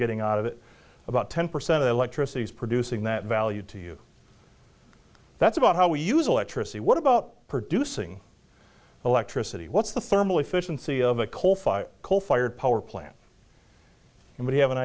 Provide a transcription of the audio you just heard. getting out of it about ten percent of the electricity is producing that value to you that's about how we use electricity what about producing electricity what's the thermal efficiency of a coal fired coal fired power plant and we have an